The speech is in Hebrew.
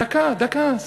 דקה, דקה.